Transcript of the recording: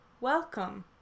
welcome